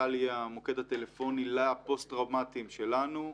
נט"ל היא המוקד הטלפוני לפוסט-טראומתיים שלנו.